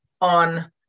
on